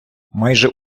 майже